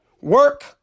work